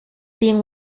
being